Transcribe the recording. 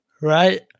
Right